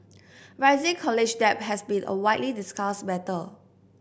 rising college debt has been a widely discussed matter